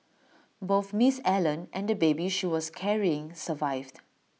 both miss Allen and the baby she was carrying survived